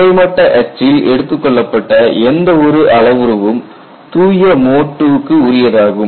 கிடைமட்ட அச்சில் எடுத்துக்கொள்ளப்பட்ட எந்த ஒரு அளவுருவும் தூய மோட் II க்கு உரியதாகும்